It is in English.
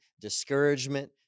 discouragement